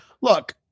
look